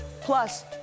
Plus